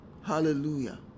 Hallelujah